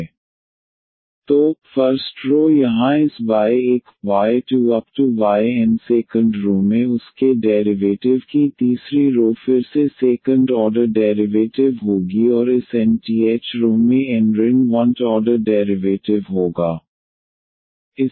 Wy1y2yny1 y2 ⋯ yn y1 y2 ⋯ yn ⋮⋮⋱⋮ y1 y2 ⋯ yn तो first row यहाँ इस y1 y2 yn second row में उसके derivative की तीसरी रो फिर से सेकंड ऑर्डर डेरिवेटिव होगी और इस nth रो में n ऋण 1th ऑर्डर डेरिवेटिव होगा